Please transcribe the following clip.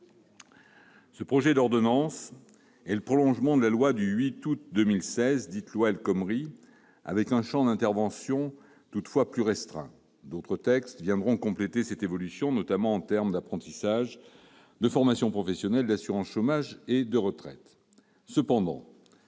Ce projet d'ordonnances est le prolongement de la loi du 8 août 2016, dite loi El Khomri, avec un champ d'intervention toutefois plus restreint. D'autres textes viendront compléter cette évolution, notamment en termes d'apprentissage, de formation professionnelle, d'assurance chômage et de retraite.